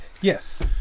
Yes